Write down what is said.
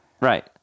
right